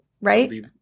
right